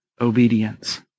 obedience